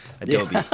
Adobe